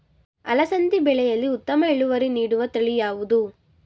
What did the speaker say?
ಅಲಸಂದಿ ಬೆಳೆಯಲ್ಲಿ ಉತ್ತಮ ಇಳುವರಿ ನೀಡುವ ತಳಿ ಯಾವುದು?